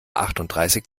achtunddreißig